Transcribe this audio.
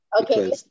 Okay